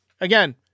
again